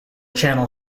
channel